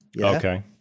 Okay